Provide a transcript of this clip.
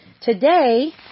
Today